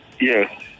Yes